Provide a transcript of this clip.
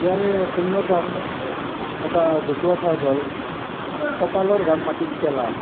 ইয়াৰে অন্যতম এটা জতুৱা ঠাঁচ হ'ল কপালৰ ঘাম মাটিত পেলা